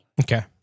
Okay